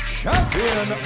champion